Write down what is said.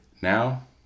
Now